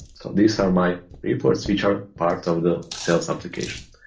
these are my reports which are part of the sales application.